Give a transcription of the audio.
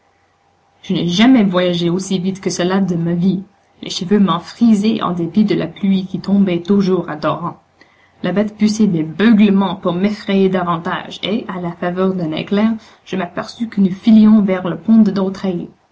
je n'ai jamais voyagé aussi vite que cela de ma vie les cheveux m'en frisaient en dépit de la pluie qui tombait toujours à torrents la bête poussait des beuglements pour m'effrayer davantage et à la faveur d'un éclair je m'aperçus que nous filions vers le pont de